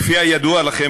כפי הידוע לכם,